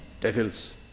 devils